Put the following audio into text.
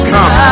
Come